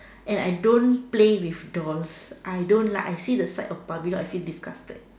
and I don't play with dolls I don't like I see the sight of barbie dolls I feel disgusted